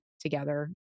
together